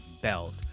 belt